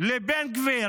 לבן גביר,